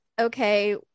Okay